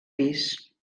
pis